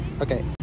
okay